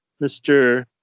Mr